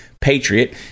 Patriot